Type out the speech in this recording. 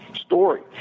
story